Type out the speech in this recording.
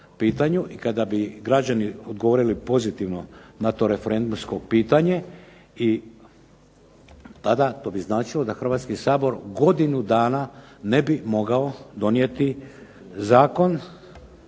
i kada bi građani odgovorili pozitivno na to referendumsko pitanje i tada to bi značilo da Hrvatski sabor godinu dana ne bi mogao donijeti zakon